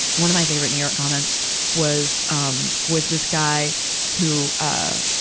one of my favorite new york comments was, um, was this guy who, ah,